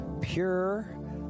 pure